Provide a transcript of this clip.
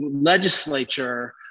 legislature